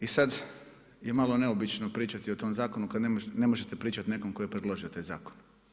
I sad je malo neobično pričati o tom zakonu kad ne možete pričati nekome tko je predložio taj zakon.